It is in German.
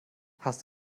hast